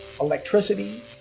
electricity